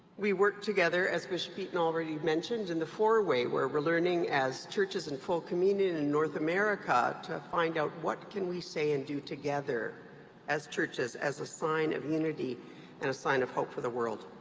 we work together as bishop eaton already mentioned, in the four-way where we're learning as churches in full communion in north america to find out what can we say and do together as churches as a sign of unity and a sign of hope for the world?